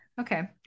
Okay